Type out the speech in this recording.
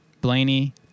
Blaney